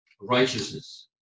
righteousness